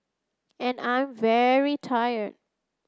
and I am very tired